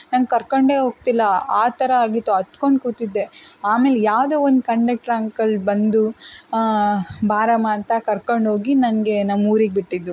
ನಂಗೆ ಕರ್ಕೊಂಡೇ ಹೋಗ್ತಿಲ್ಲ ಆ ಥರ ಆಗಿತ್ತು ಹತ್ಕೊಂಡ್ ಕೂತಿದ್ದೆ ಆಮೇಲೆ ಯಾವುದೋ ಒಂದು ಕಂಡಕ್ಟ್ರ್ ಅಂಕಲ್ ಬಂದು ಬಾರಮ್ಮ ಅಂತ ಕರ್ಕೊಂಡೋಗಿ ನನಗೆ ನಮ್ಮ ಊರಿಗೆ ಬಿಟ್ಟಿದ್ದು